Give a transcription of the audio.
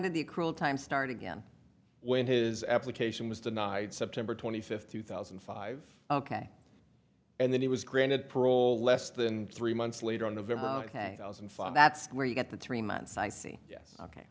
did the cruel time start again when his application was denied september twenty fifth two thousand and five ok and then he was granted parole less than three months later on november that's where you get the three months i see yes ok